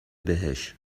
بهش